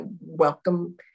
welcome